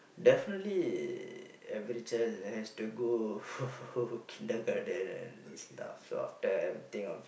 definitely every child has to go kindergarten and stuff so after I'll think of